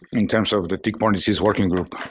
and in terms of the tick-borne disease working group.